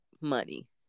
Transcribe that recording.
money